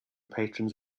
patrons